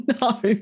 No